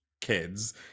kids